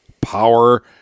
power